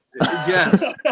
Yes